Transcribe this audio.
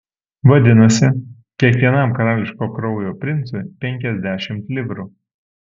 vadinasi kiekvienam karališko kraujo princui penkiasdešimt livrų